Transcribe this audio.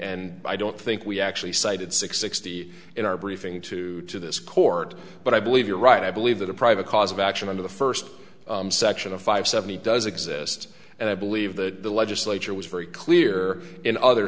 and i don't think we actually cited six sixty in our briefing to to this court but i believe you're right i believe that a private cause of action under the first section of five seventy does exist and i believe that the legislature was very clear in other